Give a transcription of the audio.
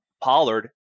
Pollard